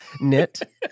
Knit